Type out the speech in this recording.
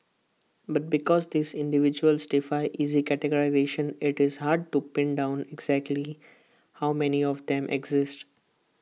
but because these individuals defy easy categorisation IT is hard to pin down exactly how many of them exist